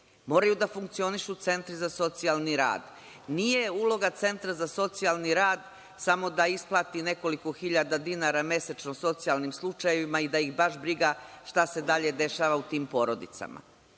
Moraju da funkcionišu centri za socijalni rad. Nije uloga centra za socijalni rad samo da isplati nekoliko hiljada dinara mesečno socijalnim slučajevima i da ih baš briga šta se dalje dešava u tim